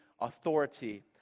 authority